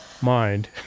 mind